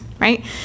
right